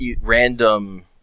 random